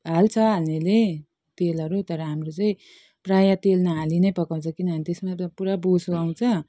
हाल्छ हाल्नेले तेलहरू तर हाम्रो चाहिँ प्राय तेल नहालि नै पकाउँछ किनभने त्यसमा त पुरा बोसो आउँछ